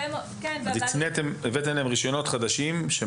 והבאתם להם רישיונות חדשים.